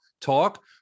talk